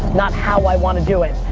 not how i want to do it.